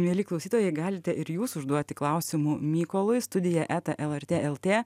mieli klausytojai galite ir jūs užduoti klausimų mykolui studija eta lrt lt